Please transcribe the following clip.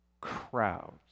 crowds